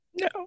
No